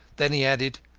then he added,